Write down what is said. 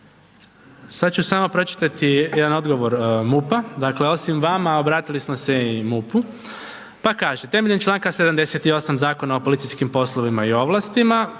Sad ću samo pročitati jedan odgovor MUP-a, dakle, osim vama obratili smo se i MUP-u. Pa kaže, temeljem čl. 78 Zakona o policijskim poslovnim i ovlastima,